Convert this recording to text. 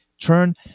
turn